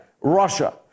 Russia